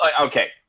Okay